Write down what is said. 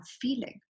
feeling